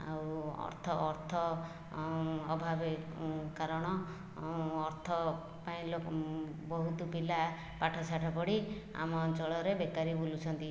ଆଉ ଅର୍ଥ ଅର୍ଥ ଅଭାବେ କାରଣ ଅର୍ଥ ପାଇଁ ଲୋକ୍ ବହୁତ ପିଲା ପାଠ ସାଠ ପଢ଼ି ଆମ ଅଞ୍ଚଳର ବେକାରି ବୁଲୁଛନ୍ତି